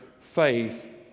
faith